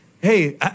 Hey